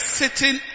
sitting